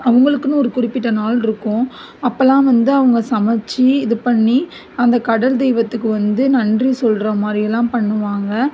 அவர்களுக்குனு ஒரு குறிப்பிட்ட நாள் இருக்கும் அப்பெலாம் வந்து அவங்க சமைச்சி இது பண்ணி அந்த கடல் தெய்வத்துக்கு வந்து நன்றி சொல்கிற மாதிரிலாம் பண்ணுவாங்க